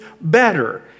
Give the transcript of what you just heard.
better